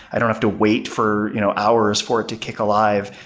i don't have to wait for you know hours for it to kick alive.